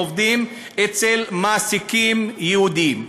עובדים אצל מעסיקים יהודים.